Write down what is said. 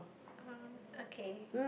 oh okay